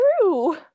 true